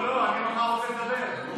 אני מחר רוצה לדבר.